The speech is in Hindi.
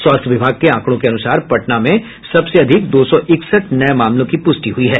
स्वास्थ्य विभाग के आंकड़ों के अनुसार पटना में सबसे अधिक दो सौ इकसठ नये मामलों की प्रष्टि हुई है